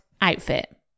outfit